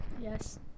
Yes